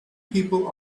people